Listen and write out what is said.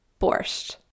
Borscht